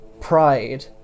Pride